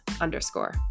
underscore